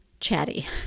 chatty